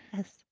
yes.